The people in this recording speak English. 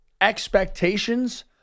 expectations